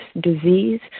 disease